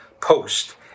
post